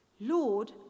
Lord